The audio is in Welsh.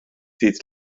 dydd